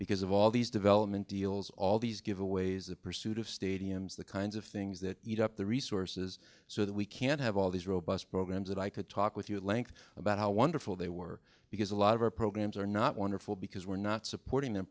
because of all these development deals all these giveaways the pursuit of stadiums the kinds of things that eat up the resources so that we can have all these robust programs that i could talk with you at length about how wonderful they were because a lot of our programs are not wonderful because we're not supporting them